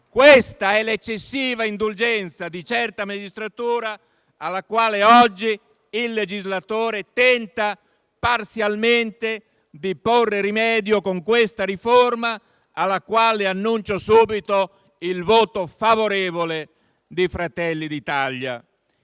Questa è l'eccessiva indulgenza di certa magistratura, cui oggi il legislatore tenta parzialmente di porre rimedio con questa riforma, alla quale annuncio subito il voto favorevole di Fratelli d'Italia,